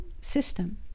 system